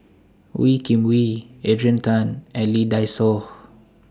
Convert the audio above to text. Wee Kim Wee Adrian Tan and Lee Dai Soh